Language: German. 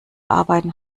arbeiten